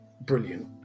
brilliant